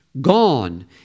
Gone